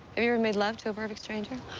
i mean ever made love to a perfect stranger?